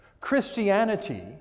Christianity